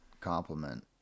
compliment